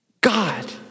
God